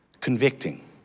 Convicting